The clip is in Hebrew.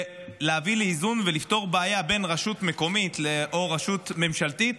להביא לאיזון ולפתור בעיה בין רשות מקומית או רשות ממשלתית